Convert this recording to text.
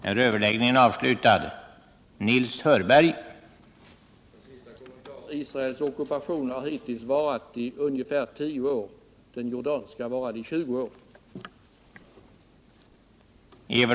Herr talman! En sista kommentar: Israels ockupation har hittills varat i ungefär 10 år. Den jordanska varade i 20 år.